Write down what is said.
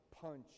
punch